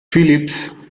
phillips